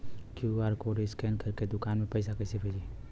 QR code scan करके दुकान में पैसा कइसे भेजी?